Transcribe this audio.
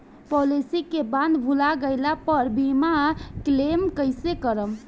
Policy के bond भुला गैला पर बीमा क्लेम कईसे करम?